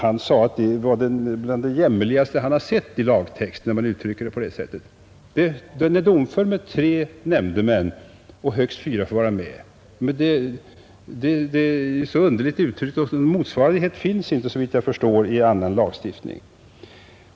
Han sade att det var bland det jämmerligaste han hade sett i lagtext. Rätten är domför med tre nämndemän och högst fyra får vara med. Det är så underligt uttryckt, att någon motsvarighet, såvitt jag förstår, inte finns i annan lagstiftning.